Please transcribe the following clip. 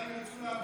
הפנים.